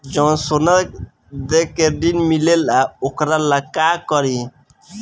जवन सोना दे के ऋण मिलेला वोकरा ला का करी?